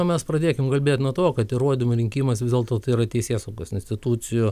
mes pradėkim kalbėti nuo to kad įrodymų rinkimas vis dėl to yra teisėsaugos institucijų